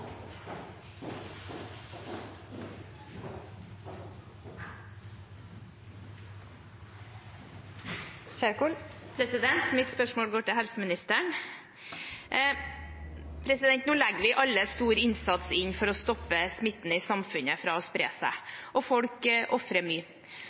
Mitt spørsmål går til helseministeren. Nå legger vi alle ned en stor innsats for å stoppe smitten i samfunnet fra å spre seg,